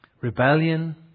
rebellion